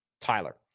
Tyler